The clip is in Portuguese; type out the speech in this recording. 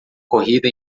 corrida